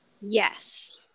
Yes